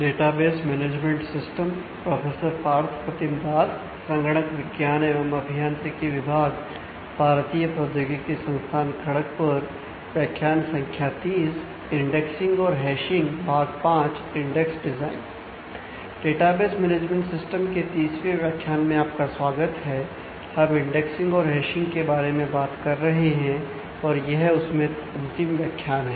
database management system के बारे में बात कर रहे हैं और यह उसमें अंतिम व्याख्यान है